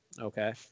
okay